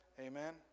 Amen